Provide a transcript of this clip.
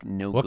no